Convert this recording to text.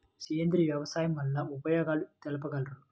సేంద్రియ వ్యవసాయం వల్ల ఉపయోగాలు తెలుపగలరు?